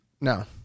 No